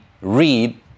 read